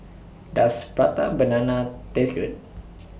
Does Prata Banana Taste Good